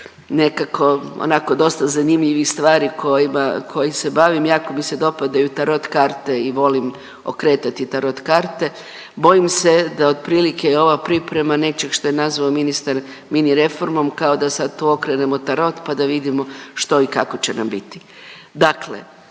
nekako onako dosta zanimljivih stvari kojima, kojim se bavim, jako mi se dopadaju tarot karte i volim okretati tarot karte, bojim se da otprilike i ova priprema nečeg što je nazvao ministar mini reformom, kao da sad tu okrenemo tarot pa da vidimo što i kako će nam biti.